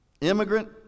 immigrant